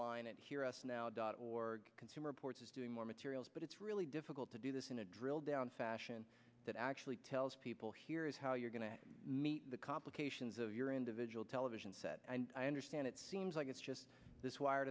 online and here us now dot org consumer reports is doing more materials but it's really difficult to do this in a drill down fashion that actually tells people here is how you're going to meet the complications of your individual television set and i understand it seems like it's just this wire